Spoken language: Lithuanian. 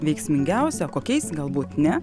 veiksmingiausia kokiais galbūt ne